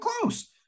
close